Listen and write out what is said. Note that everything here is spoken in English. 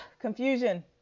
confusion